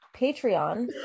Patreon